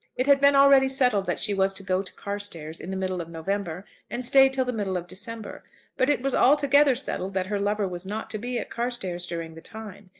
it had been already settled that she was to go to carstairs in the middle of november and stay till the middle of december but it was altogether settled that her lover was not to be at carstairs during the time.